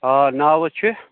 آ ناو حظ چھِ